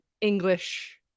english